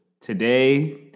Today